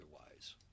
otherwise